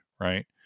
right